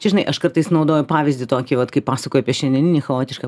čia žinai aš kartais naudoju pavyzdį tokį vat kai pasakoju apie šiandieninį chaotišką